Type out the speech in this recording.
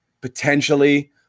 potentially